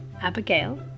Abigail